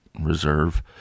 reserve